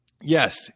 yes